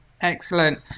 Excellent